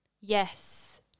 Yes